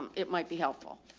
um it might be helpful.